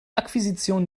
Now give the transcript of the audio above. akquisition